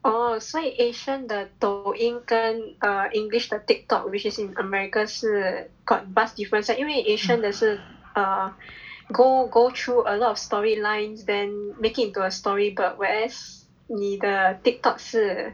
oh 所以 asian 的抖音跟 err english the Tiktok which is in American 是 got bus difference uh 因为 asian 的是 err go go through a lot of story lines then make it into a story but whereas 你的 Tik tok 是